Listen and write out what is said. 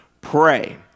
pray